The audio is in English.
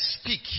speak